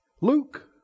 Luke